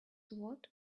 what